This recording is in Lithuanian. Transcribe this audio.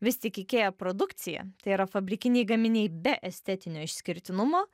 vis tik ikea produkcija tai yra fabrikiniai gaminiai be estetinio išskirtinumo